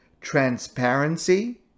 transparency